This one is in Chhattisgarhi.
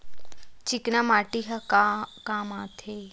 चिकना माटी ह का काम आथे?